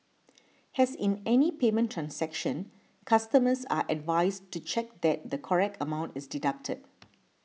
as in any payment transaction customers are advised to check that the correct amount is deducted